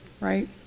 right